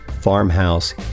farmhouse